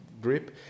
grip